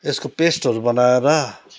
यसको पेस्टहरू बनाएर